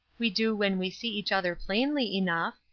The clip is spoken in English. we do when we see each other plainly enough.